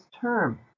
term